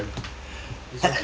it's okay